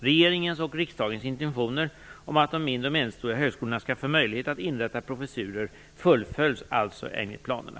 Regeringens och riksdagens intentioner om att de mindre och medelstora högskolorna skall få möjlighet att inrätta professurer fullföljs alltså enligt planerna.